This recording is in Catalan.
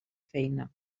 feina